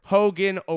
Hogan